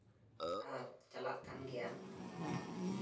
ᱟᱨ ᱪᱟᱞᱟᱜ ᱠᱟᱱ ᱜᱮᱭᱟ